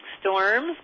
storms